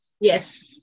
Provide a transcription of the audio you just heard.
Yes